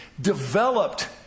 developed